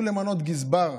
גזבר.